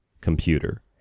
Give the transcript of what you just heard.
computer